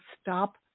stop